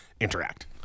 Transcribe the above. interact